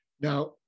Now